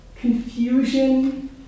confusion